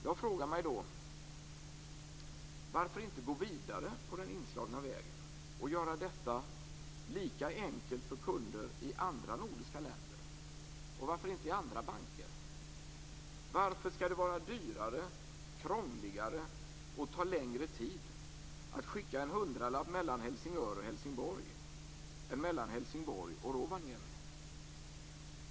Jag frågar mig: Varför inte gå vidare på den inslagna vägen och göra detta lika enkelt för kunder i andra nordiska länder? Varför inte i andra banker? Varför skall det vara dyrare, krångligare och ta längre tid att skicka en hundralapp mellan Helsingör och Helsingborg än mellan Helsingborg och Rovaniemi?